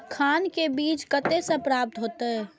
मखान के बीज कते से प्राप्त हैते?